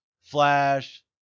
Flash